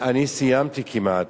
אני סיימתי כמעט,